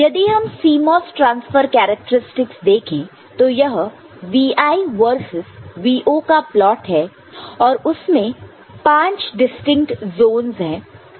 यदि हम CMOS transfer characteristics देखें तो यह Vi वर्सेस Vo का प्लॉट है और उसमें 5 डिस्ट्रिक्ट जोंस है